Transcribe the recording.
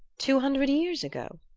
two hundred years ago?